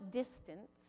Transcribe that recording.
distance